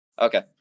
Okay